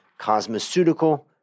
cosmeceutical